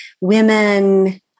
women